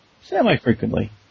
semi-frequently